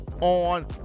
on